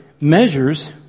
measures